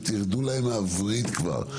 ותרדו להם מן הווריד כבר,